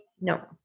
no